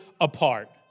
apart